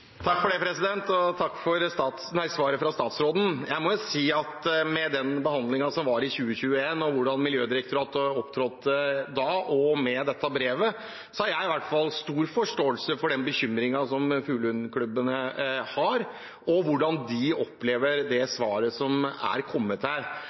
Takk for svaret fra statsråden. Jeg må jo si at med den behandlingen som var i 2021, hvordan Miljødirektoratet opptrådte da, og med dette brevet, har jeg i hvert fall stor forståelse for den bekymringen fuglehundklubbene har, og hvordan de opplever det svaret som er kommet her.